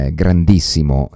grandissimo